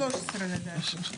13 לדעתי.